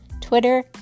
Twitter